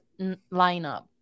lineup